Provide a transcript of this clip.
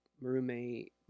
roommate